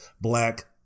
black